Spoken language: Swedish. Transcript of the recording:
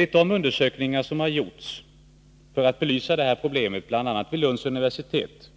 I de undersökningar för att belysa det här problemet som har gjorts, bl.a. vid Lunds universitet,